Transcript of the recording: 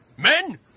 Men